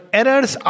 errors